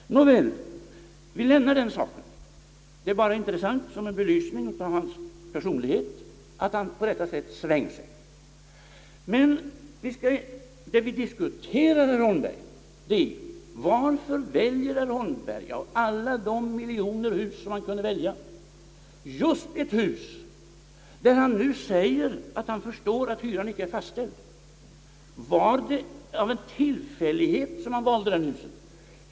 Nå, vi kan lämna den saken. Att herr Holmberg svänger sig på detta sätt är intressant som belysning av hans personlighet. Varför väljer herr Holmberg, bland alla de miljoner hus han kunde välja, just ett hus där han nu säger sig förstå att hyran icke är fastställd? Var det av en tillfällighet som han valde det huset?